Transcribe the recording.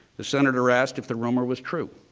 the senator asked if the rumor was true.